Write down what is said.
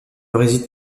réside